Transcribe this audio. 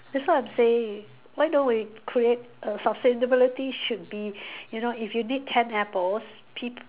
that's what I'm saying why don't we create err sustainability should be you know if you need ten apples peop~